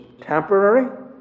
temporary